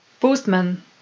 postman